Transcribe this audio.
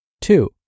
Two